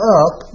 up